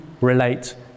relate